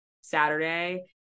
Saturday